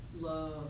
love